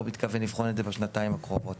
מתכוון לבחון את זה בשנתיים הקרובות.